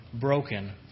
Broken